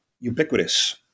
ubiquitous